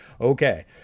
okay